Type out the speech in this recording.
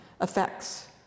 effects